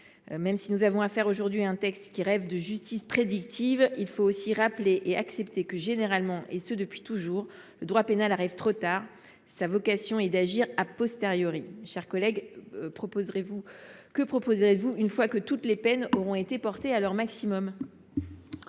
Même si nous avons aujourd’hui affaire à un texte qui rêve de justice prédictive, il faut rappeler et accepter que, généralement – et ce depuis toujours –, le droit pénal arrive trop tard. Sa vocation est d’agir. Chers collègues, que proposerez vous une fois que toutes les peines auront été portées à leur maximum ?